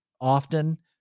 often